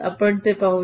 आपण ते पाहूया